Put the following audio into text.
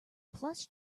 plush